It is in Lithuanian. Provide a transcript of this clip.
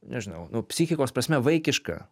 nežinau nu psichikos prasme vaikiška